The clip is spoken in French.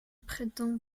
prétend